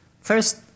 First